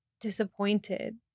disappointed